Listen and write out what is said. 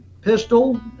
pistol